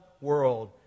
world